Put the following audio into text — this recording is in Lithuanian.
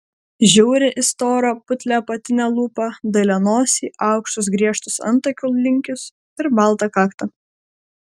žiūri į storą putlią apatinę lūpą dailią nosį aukštus griežtus antakių linkius ir baltą kaktą